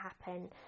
happen